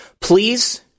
please